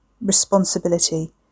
responsibility